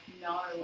no